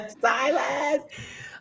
Silas